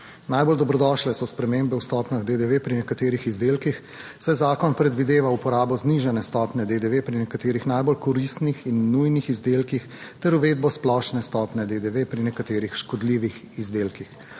Najbolj dobrodošle so spremembe v stopnjah DDV pri nekaterih izdelkih, saj zakon predvideva uporabo znižane stopnje DDV pri nekaterih najbolj koristnih in nujnih izdelkih ter uvedbo splošne stopnje DDV pri nekaterih škodljivih izdelkih.